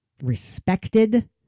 respected